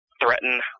threaten